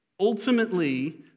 Ultimately